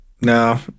No